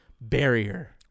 barrier